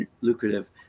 lucrative